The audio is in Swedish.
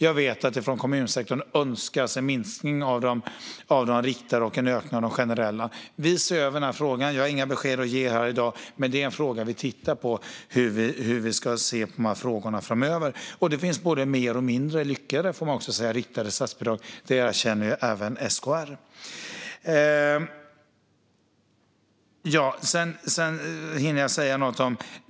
Jag vet att kommunsektorn önskar en minskning av de riktade och en ökning av de generella. Vi ser över denna fråga. Jag har inga besked att ge här i dag, men vi tittar på hur vi ska se på dessa frågor framöver. Det finns både mer lyckade och mindre lyckade riktade statsbidrag; det erkänner även SKR.